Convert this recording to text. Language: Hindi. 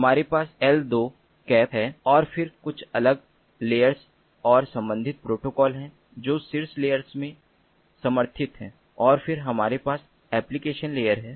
हमारे पास एल2 कैप है और फिर कुछ अलग लेयरस और संबंधित प्रोटोकॉल हैं जो शीर्ष लेयरस में समर्थित हैं और फिर हमारे पास एप्लिकेशन लेयर है